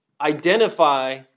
identify